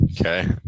Okay